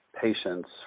patients